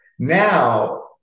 Now